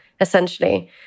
essentially